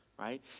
right